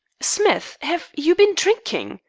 smith, have you been drinking?